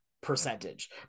percentage